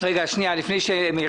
זה כמה מילים?